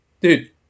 dude